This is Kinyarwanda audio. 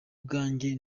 bwanjye